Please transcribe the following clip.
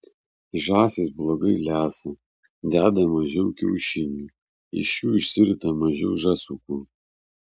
žąsys blogai lesa deda mažiau kiaušinių iš jų išsirita mažiau žąsiukų